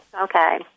Okay